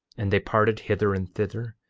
and they parted hither and thither,